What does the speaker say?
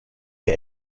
wir